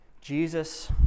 Jesus